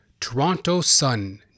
TorontoSun